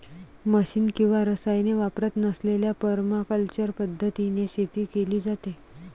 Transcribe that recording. machine किंवा रसायने वापरत नसलेल्या परमाकल्चर पद्धतीने शेती केली जाते